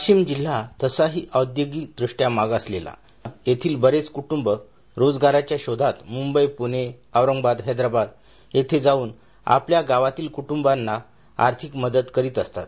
वाशिम जिल्हा तसा ही औद्योगिक दृष्ट्या मागासलेला येथील बरेच कुटुंब रोजगाराच्या शोधात मुंबई पुणे औरगाबाद हैदराबाद येथे जाऊन आपल्या गावातील कुटुंबाला आर्थिक मदत करीत असतात